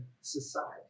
society